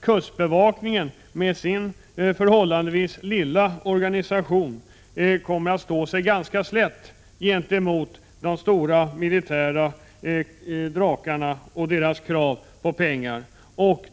Kustbevakningen, med sin förhållandevis lilla organisation, kommer naturligtvis att stå sig ganska slätt gentemot de stora militära drakarna och deras krav på pengar.